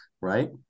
right